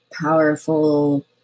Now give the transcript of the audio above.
powerful